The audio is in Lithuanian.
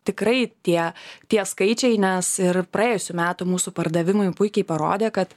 tikrai tie tie skaičiai nes ir praėjusių metų mūsų pardavimai puikiai parodė kad